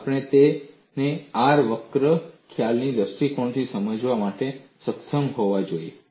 અને આપણે તેને R વક્ર ખ્યાલના દૃષ્ટિકોણથી સમજાવવા માટે સક્ષમ હોવા જોઈએ